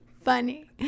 funny